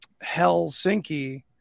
helsinki